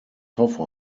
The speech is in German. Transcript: hoffe